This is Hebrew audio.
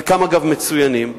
אגב, חלקם מצוינים,